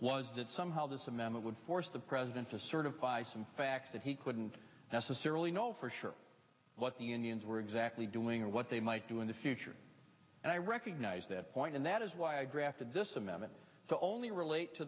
was that somehow this and then it would force the president to certify some facts that he couldn't necessarily know for sure what the unions were exactly doing or what they might do in the future and i recognize that point and that is why i grafted this amendment to only relate to